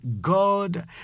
God